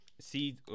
see